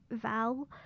Val